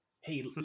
Hey